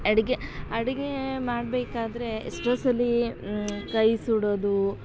ಅಡುಗೆ ಅಡುಗೆ ಮಾಡಬೇಕಾದ್ರೆ ಎಷ್ಟೋ ಸಲ ಕೈ ಸುಡೋದು